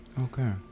Okay